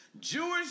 Jewish